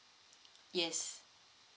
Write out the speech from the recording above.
yes